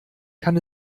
kann